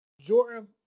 Jordan